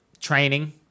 training